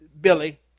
Billy